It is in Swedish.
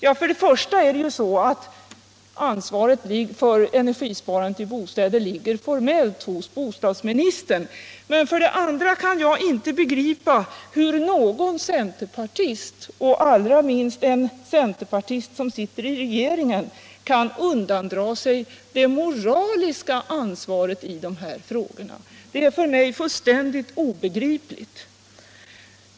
Men för det första är det ju så att ansvaret för energisparandet i bostäder formellt ligger hos bostadsministern. Och för det andra kan jag inte begripa hur någon centerpartist — allra minst en centerpartist som sitter i regeringen — kan undandra sig det moraliska ansvaret i dessa frågor. Det är för oss fullkomligt obegripligt!